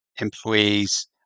employees